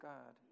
God